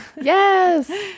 Yes